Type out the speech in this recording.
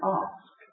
ask